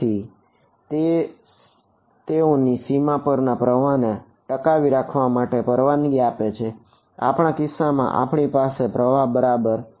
તેથી તેથી તે તેઓને સીમા પરના પ્રવાહને ટકાવી રાખવા માટે પરવાનગી આપે છે આપણા કિસ્સામાં આપણી પાસે પ્રવાહ નથી બરાબર